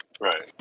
Right